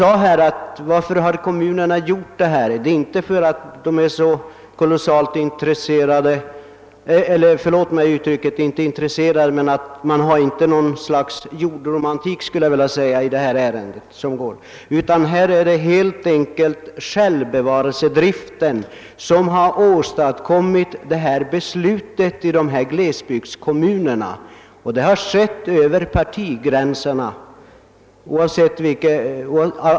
Att kommunerna vidtagit denna åtgärd beror inte på att de är hemfallna åt något slags jordromantik. Det är helt enkelt självbevarelsedriften som föranlett dessa beslut i ifrågavarande glesbygdskommuner. Besluten har fattats över partigränserna.